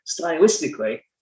stylistically